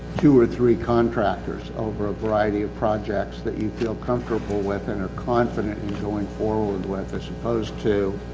two or three contractors over a variety of projects that you feel comfortable with and are confidently going forward with that suppose to,